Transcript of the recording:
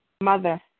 Mother